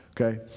Okay